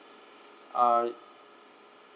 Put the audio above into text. uh